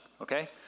okay